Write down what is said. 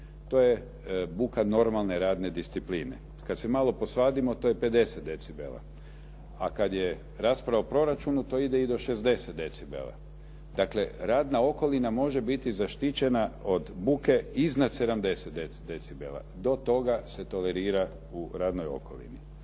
To je buka normalne radne discipline. Kad se malo posvadimo to je 50 decibela, a kad je rasprava o proračunu to ide i do 60 decibela. Dakle, radna okolina može biti zaštićena od buke iznad 70 decibela. Do toga se tolerira u radnoj okolini.